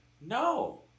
No